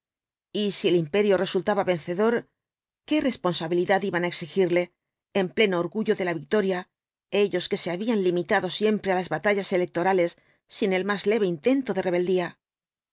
y si el imperio resultaba vencedor qué responsabilidad iban á exigirle en pleno orgullo de la victoria ellos que se habían limitado siempre á las batallas electorales sin el más leve intento de rebeldía